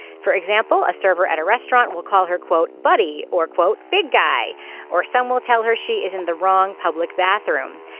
for example a server at a restaurant will call her quote buddy or quote big guy or some will tell her she is in the wrong public bathroom.